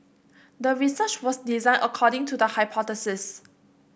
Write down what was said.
the research was designed according to the hypothesis